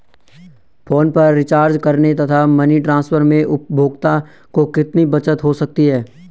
Phone पर recharge करने तथा मनी ट्रांसफर में उपभोक्ता को कितनी बचत हो सकती है?